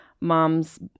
Mom's